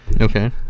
Okay